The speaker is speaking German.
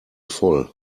voll